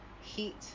heat